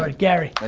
ah gary.